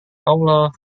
allah